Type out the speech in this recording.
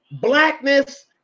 blackness